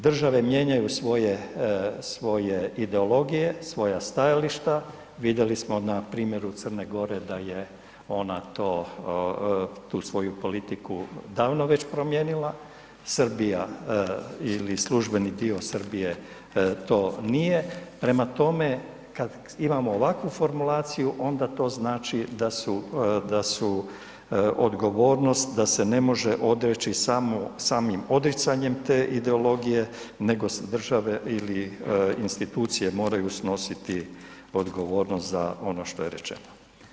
Države mijenjaju svoje ideologije, svoja stajališta, vidjeli smo na primjeru Crne Gore da je ona to, tu svoju politiku davno već promijenila, Srbija ili službeni dio Srbije to nije, prema tome, kad imamo ovakvu formulaciju, onda to znači da su odgovornost, da se ne može odreći samo, samim odricanjem te ideologije nego države ili institucije moraju snositi odgovornost za ono što je rečeno.